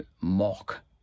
mock